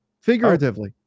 Figuratively